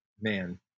man